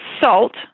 salt